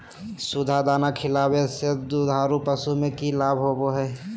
सुधा दाना खिलावे से दुधारू पशु में कि लाभ होबो हय?